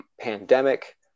pandemic